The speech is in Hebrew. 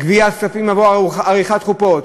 גביית כספים עבור עריכת חופות.